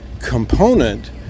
component